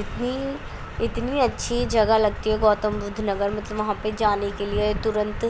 اتنی اتنی اچھی جگہ لگتی ہے گوتم بدھ نگر مطلب وہاں پہ جانے کے لیے ترنت